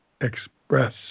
express